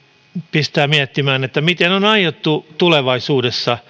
pistää miettimään miten on aiottu tulevaisuudessa